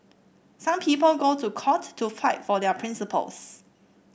some people go to court to fight for their principles